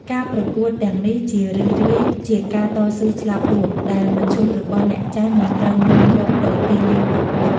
ការប្រកួតទាំងនេះជារឿយៗជាការតស៊ូស្លាប់រស់ ដែលមឈូសរបស់អ្នកចាញ់នឹងត្រូវនាំយកទៅទីលានប្រកួត។